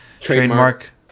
Trademark